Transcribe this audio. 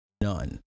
None